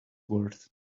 worth